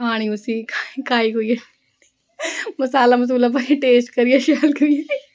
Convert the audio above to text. खाने उसी खाई खुइये मसाला मसूला पाइये टेस्ट करियै शैल करियै